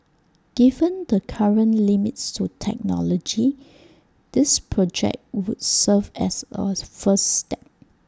given the current limits to technology this project would serve as A first step